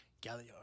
Galliard